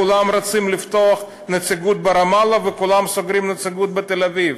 כולם רוצים לפתוח נציגויות ברמאללה וכולם סוגרים נציגויות בתל-אביב.